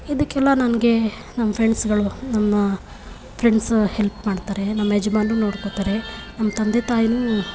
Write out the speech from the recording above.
ಇದಕ್ಕೆಲ್ಲ ನನಗೆ ನಮ್ಮ ಫ್ರೆಂಡ್ಸುಗಳು ನನ್ನ ಫ್ರೆಂಡ್ಸು ಹೆಲ್ಪ್ ಮಾಡ್ತಾರೆ ನಮ್ಮ ಯಜಮಾನ್ರು ನೋಡ್ಕೊತಾರೆ ನಮ್ಮ ತಂದೆ ತಾಯಿಯೂ